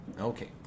Okay